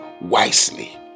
wisely